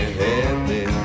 happy